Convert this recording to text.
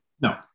No